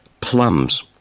plums